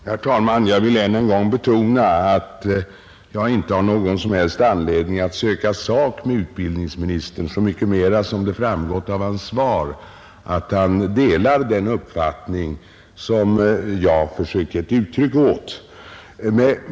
Herr talman! Jag vill än en gång betona att jag inte har någon som helst anledning att söka sak med utbildningsministern, så mycket mera som det framgått av hans svar att han delar den uppfattning som jag försökt ge uttryck åt.